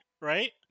right